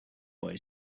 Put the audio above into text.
boy